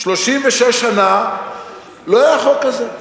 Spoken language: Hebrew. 36 שנה לא היה חוק כזה.